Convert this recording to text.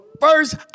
first